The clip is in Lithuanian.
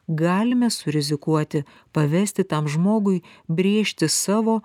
galime surizikuoti pavesti tam žmogui brėžti savo